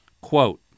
Quote